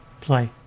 play